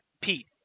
Pete